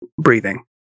breathing